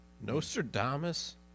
Nostradamus